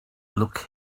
look